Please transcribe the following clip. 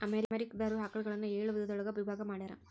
America ದಾರ ಆಕಳುಗಳನ್ನ ಏಳ ವಿಧದೊಳಗ ವಿಭಾಗಾ ಮಾಡ್ಯಾರ